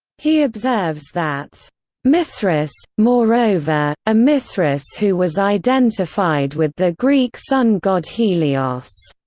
he observes that mithras moreover, a mithras who was identified with the greek sun god helios